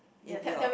if you are